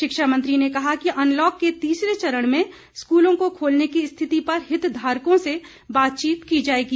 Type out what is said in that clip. शिक्षा मंत्री ने कहा कि अनलॉक के तीसरे चरण में स्कूलों को खोलने की स्थिति पर हितधारकों से बातचीत की जाएगी